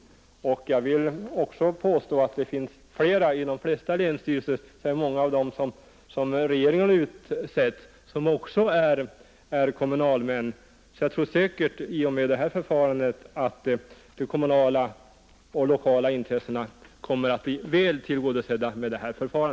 Jag vill påstå att att i de flesta länsstyrelser är många av dem som regeringen har utsett också kommunalmän. Jag tror säkert i och med detta förfarande de lokala och kommunala intressena kommer att bli väl tillgodosedda.